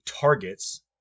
targets